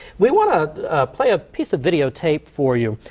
we want to play a piece of videotape for you.